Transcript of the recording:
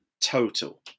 total